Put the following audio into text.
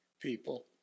people